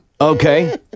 Okay